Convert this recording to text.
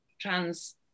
trans